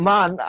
Man